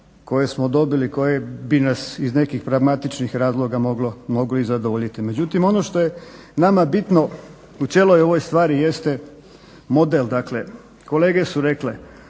koje smo dobili koje bi nas iz nekih pragmatičnih razloga moglo i zadovoljiti. Međutim, ono što je nama bitno u cijeloj ovoj stvari jeste model. Dakle, kolege su rekle